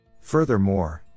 Furthermore